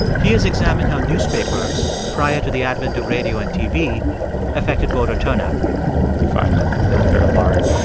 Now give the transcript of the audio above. he has examined how newspapers prior to the advent of radio and tv affected voter turnout you find that that there are large,